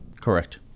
Correct